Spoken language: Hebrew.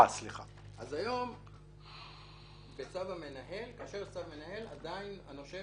היום כאשר יש צו מנהל, עדיין הנושה